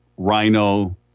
Rhino